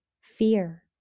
fear